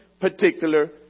particular